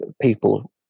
people